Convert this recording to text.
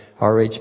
RH